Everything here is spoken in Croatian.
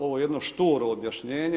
Ovo je jedno šturo objašnjenje.